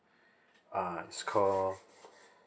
uh it's call